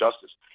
justice